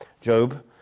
Job